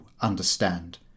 understand